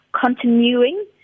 continuing